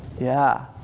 yeah.